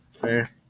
Fair